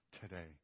today